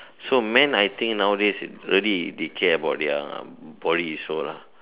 so men I think nowadays early they care about their body also lah